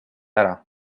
ära